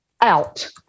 out